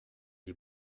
die